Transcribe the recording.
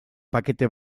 pakete